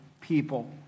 people